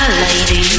，Lady